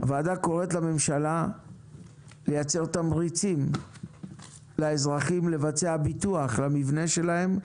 הוועדה קוראת לממשלה לייצר תמריצים לאזרחים לבצע ביטוח למבנה שלהם.